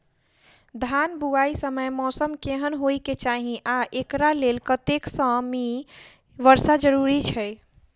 धान बुआई समय मौसम केहन होइ केँ चाहि आ एकरा लेल कतेक सँ मी वर्षा जरूरी छै?